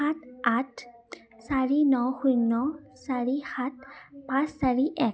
সাত আঠ চাৰি ন শূন্য চাৰি সাত পাঁচ চাৰি এক